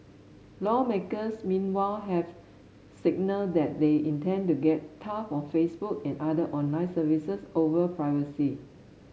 lawmakers meanwhile have signalled that they intend to get tough on Facebook and other online services over privacy